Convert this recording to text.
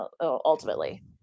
ultimately